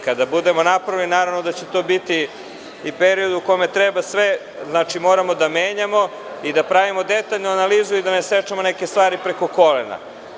Kada je budemo napravili, naravno da će to biti period u kome treba sve da menjamo i da pravimo detaljnu analizu i da ne sečemo neke stvari preko kolena.